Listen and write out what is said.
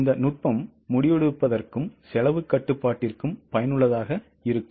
இந்த நுட்பம் முடிவெடுப்பதற்கும் செலவுக் கட்டுப்பாடுக்கும் பயனுள்ளதாக இருக்கும்